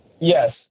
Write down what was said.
Yes